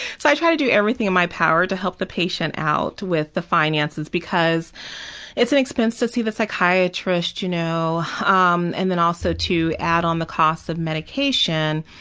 i try to do everything in my power to help the patient out with the finances because it's an expensive to see the psychiatrist you know um and then also to add on the cost of medication.